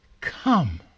Come